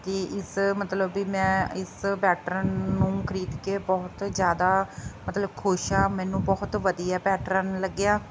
ਅਤੇ ਇਸ ਮਤਲਬ ਵੀ ਮੈਂ ਇਸ ਪੈਟਰਨ ਨੂੰ ਖਰੀਦ ਕੇ ਬਹੁਤ ਜ਼ਿਆਦਾ ਮਤਲਬ ਖੁਸ਼ ਹਾਂ ਮੈਨੂੰ ਬਹੁਤ ਵਧੀਆ ਪੈਟਰਨ ਲੱਗਿਆ